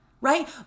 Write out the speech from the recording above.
right